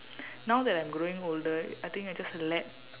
now that I'm growing older I think I just let